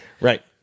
Right